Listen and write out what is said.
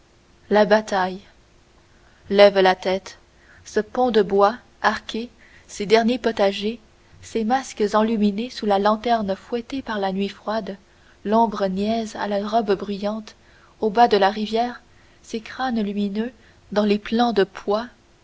la bataille lève la tête ce pont de bois arqué ces derniers potagers ces masques enluminés sous la lanterne fouettée par la nuit froide l'ombre niaise à la robe bruyante au bas de la rivière ces crânes lumineux dans les plants de pois